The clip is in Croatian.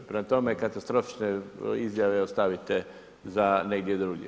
Prema tome, katastrofične izjave ostavite za negdje drugdje.